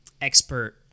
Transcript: expert